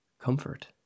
comfort